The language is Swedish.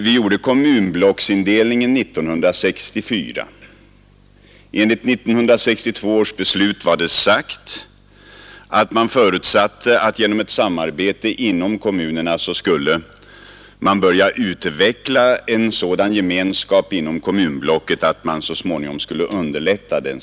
Vi gjorde kommunblocksindelningen 1964. I 1962 års beslut förutsatte man att genom ett samarbete inom kommunerna skulle en sådan gemenskap börja utvecklas i kommunblocket att den sammanläggning som skulle ske underlättades.